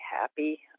happy